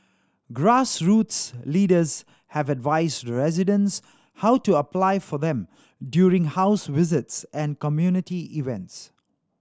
grassroots leaders have advised residents how to apply for them during house visits and community events